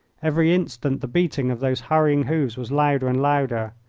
every instant the beating of those hurrying hoofs was louder and louder.